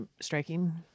striking